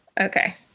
Okay